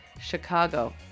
Chicago